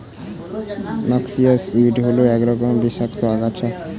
noxious weed হল এক রকমের বিষাক্ত আগাছা